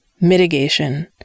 mitigation